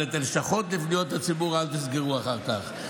אבל את הלשכות לפניות הציבור אל תסגרו אחר כך.